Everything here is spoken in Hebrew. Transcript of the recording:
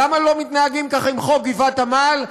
למה לא מתנהגים ככה עם חוק גבעת עמל?